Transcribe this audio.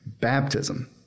baptism